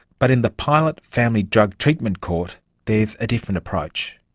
but in the pilot family drug treatment court there's a different approach.